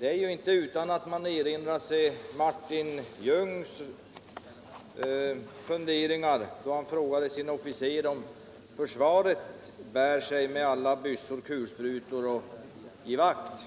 Det är inte utan att man erinrar sig Martin Ljungs funderingar, då han frågade sin officer om försvaret verkligen bär sig, med alla ”byssor, kulsprutor och givakt”.